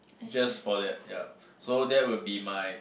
just for that yup so that will be my